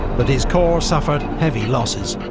but his corps suffered heavy losses.